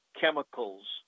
chemicals